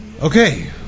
Okay